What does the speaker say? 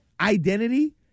identity